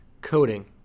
coding